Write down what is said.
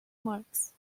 marks